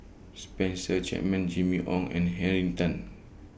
Spencer Chapman Jimmy Ong and Henn Tan